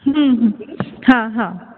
हां हां